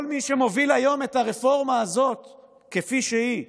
כל מי שמוביל היום את הרפורמה הזאת כפי שהיא